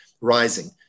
rising